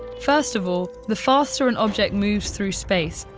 first of all, the faster an object moves through space,